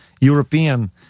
European